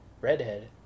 Redhead